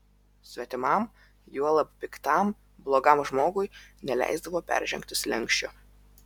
svetimam juolab piktam blogam žmogui neleisdavo peržengti slenksčio